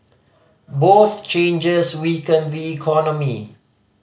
both changes weaken the economy